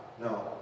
no